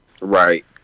Right